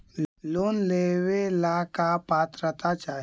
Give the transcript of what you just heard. Loan लेवेला का पात्रता चाही?